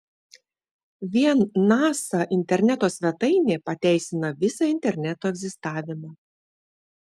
vien nasa interneto svetainė pateisina visą interneto egzistavimą